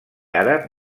àrab